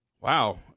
wow